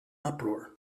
uproar